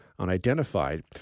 Unidentified